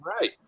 Right